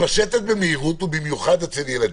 שמתפשטת במהירות ובמיוחד אצל ילדים.